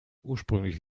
ursprünglich